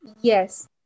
Yes